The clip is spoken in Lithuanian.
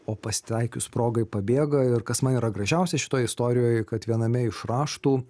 o pasitaikius progai pabėga ir kas man yra gražiausia šitoj istorijoj kad viename iš raštų